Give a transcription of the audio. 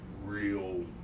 Real